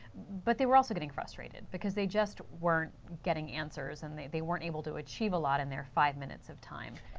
but they are also getting frustrated because they just weren't getting answers. and they they weren't able to achieve a lot in there five minutes of time.